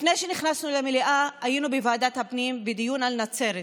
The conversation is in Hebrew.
לפני שנכנסנו למליאה היינו בוועדת הפנים בדיון על נצרת.